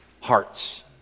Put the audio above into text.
hearts